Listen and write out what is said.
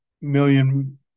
million